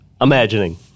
Imagining